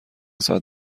ساعت